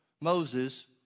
Moses